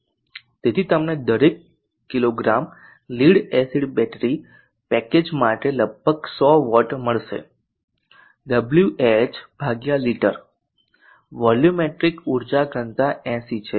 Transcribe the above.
તેથી તમને દરેક કિગ્રા લીડ એસિડ બેટરી પેકેજ માટે લગભગ 100 વોટ મળશે ડબલ્યુએચ લિટર વોલ્યુમેટ્રિક ઉર્જા ઘનતા 80 છે